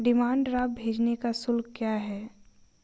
Demand draft भेजने का शुल्क क्या है?